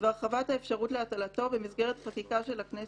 והרחבת האפשרות להטלתו במסגרת חקיקה של הכנסת,